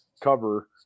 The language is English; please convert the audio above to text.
cover